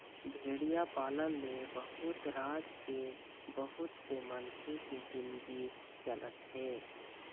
भेड़िया पालन ले बहुत राज के बहुत से मनखे के जिनगी चलत हे